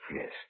Yes